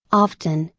often,